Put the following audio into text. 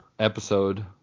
episode